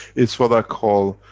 it's what i call.